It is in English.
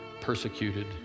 persecuted